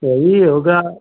तो वही होगा